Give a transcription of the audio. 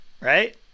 right